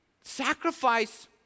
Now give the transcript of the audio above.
Sacrifice